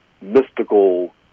mystical